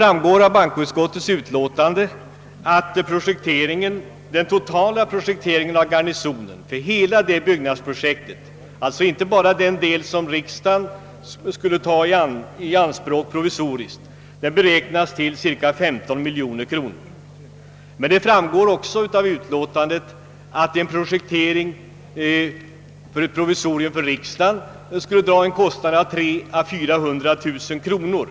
Av bankoutskottets utlåtande framgår att den totala projekteringen av kvarteret Garnisonen — alltså inte bara den del som riksdagen skulle ta i anspråk provisoriskt — beräknas till cirka 15 miljoner kronor. Men det framgår också av utlåtandet att en projektering för ett provisorium för riksdagen skulle dra en kostnad av mellan 300000 och 400 000 kronor.